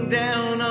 down